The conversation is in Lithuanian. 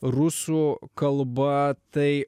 rusų kalba tai